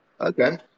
Okay